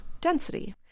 density